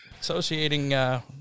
associating